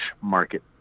market